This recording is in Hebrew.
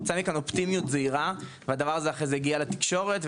אופטימיות זהירה והנושא הזה הגיע אחר כך לתקשורת,